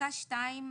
פסקה (2)